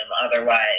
Otherwise